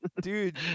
dude